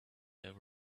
there